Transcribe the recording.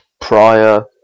prior